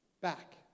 back